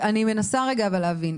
אני מנסה להבין.